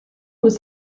was